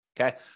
Okay